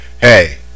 hey